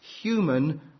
human